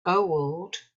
gold